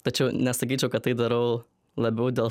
tačiau nesakyčiau kad tai darau labiau dėl